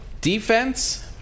Defense